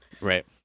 Right